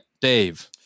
Dave